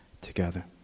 together